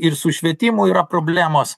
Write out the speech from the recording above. ir su švietimu yra problemos